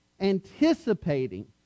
anticipating